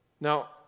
Now